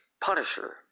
Punisher